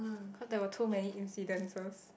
because there were too many incidences